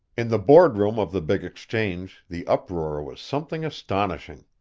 in the board room of the big exchange the uproar was something astonishing.